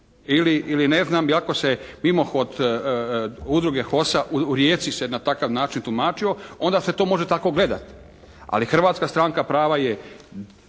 ili ne znam ako se mimohod udruge HOS-a u Rijeci se na takav način tumačio, onda se to može tako gledati. Ali Hrvatska stranka prava je